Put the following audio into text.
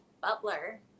butler